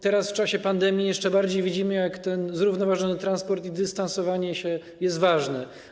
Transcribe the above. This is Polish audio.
Teraz, w czasie pandemii, jeszcze bardziej widzimy, jak ten zrównoważony transport i dystansowanie się są ważne.